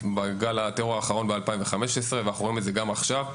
בגל הטרור בשנת 2015 ואנחנו רואים את זה גם עכשיו.